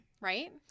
Right